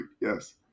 yes